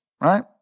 right